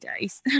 days